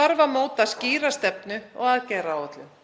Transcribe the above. þarf að móta skýra stefnu og aðgerðaáætlun.